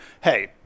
Hey